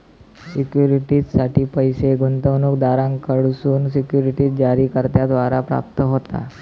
सिक्युरिटीजसाठी पैस गुंतवणूकदारांकडसून सिक्युरिटीज जारीकर्त्याद्वारा प्राप्त होता